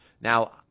Now